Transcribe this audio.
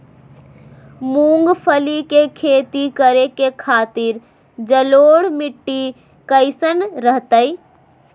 मूंगफली के खेती करें के खातिर जलोढ़ मिट्टी कईसन रहतय?